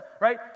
Right